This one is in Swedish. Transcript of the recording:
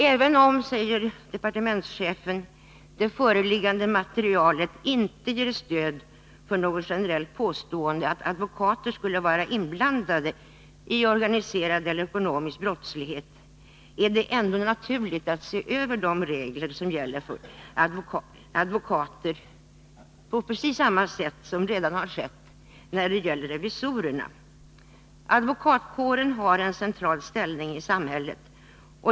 Även om det föreliggande materialet inte ger stöd för något generellt påstående att advokater skulle vara inblandade i organiserad eller ekonomisk brottslighet är det, säger departementschefen, ändå naturligt att se över de regler som gäller för advokater, på samma sätt som redan har skett när det gäller revisorer. Advokatkåren har en central ställning i samhället.